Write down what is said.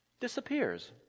disappears